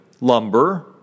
lumber